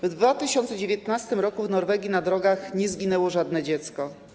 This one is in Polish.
W 2019 r. w Norwegii na drogach nie zginęło żadne dziecko.